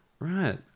right